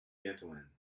gentlemen